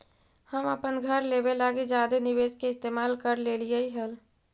हम अपन घर लेबे लागी जादे निवेश के इस्तेमाल कर लेलीअई हल